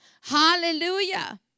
Hallelujah